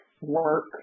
work